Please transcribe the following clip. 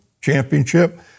Championship